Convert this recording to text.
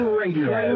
radio